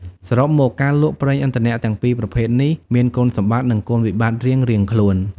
សរុបមក ការលក់ប្រេងឥន្ធនៈទាំងពីរប្រភេទនេះមានគុណសម្បត្តិនិងគុណវិបត្តិរៀងៗខ្លួន។